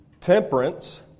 Temperance